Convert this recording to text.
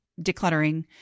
decluttering